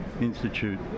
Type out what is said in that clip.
Institute